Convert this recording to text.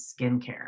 skincare